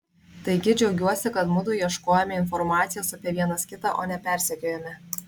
taigi džiaugiuosi kad mudu ieškojome informacijos apie vienas kitą o ne persekiojome